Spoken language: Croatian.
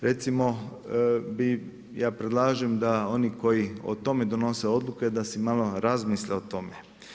Recimo, ja predlažem da oni koji o tome donose odluke da si malo razmisle o tome.